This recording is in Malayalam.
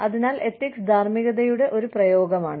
അതിനാൽ എത്തിക്സ് ധാർമ്മികതയുടെ ഒരു പ്രയോഗമാണ്